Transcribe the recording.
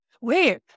Wait